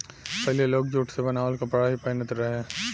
पहिले लोग जुट से बनावल कपड़ा ही पहिनत रहे